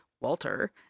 Walter